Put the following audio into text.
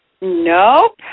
Nope